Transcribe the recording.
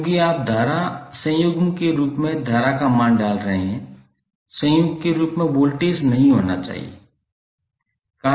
क्योंकि आप धारा संयुग्म के रूप में धारा का मान डाल रहे हैं संयुग्म के रूप में वोल्टेज नहीं होना चाहिए